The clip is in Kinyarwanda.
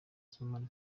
sibomana